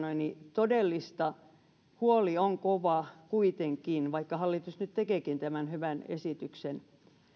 todellista huoli on kova kuitenkin vaikka hallitus nyt tekeekin tämän hyvän esityksen